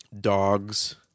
dog's